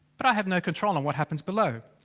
but i have no control on what happens below.